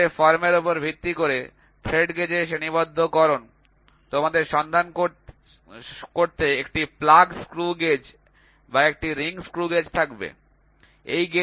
তারপরে ফর্মের উপর ভিত্তি করে থ্রেড গেজের শ্রেণিবদ্ধকরণ তোমাদের সন্ধান করতে একটি প্লাগ স্ক্রু গেজ বা একটি রিং স্ক্রু গেজ থাকবে